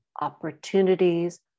opportunities